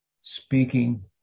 speaking